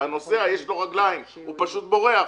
הנוסע יש לו רגליים, הוא פשוט בורח,